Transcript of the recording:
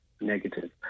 negative